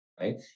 right